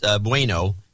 Bueno